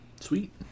Sweet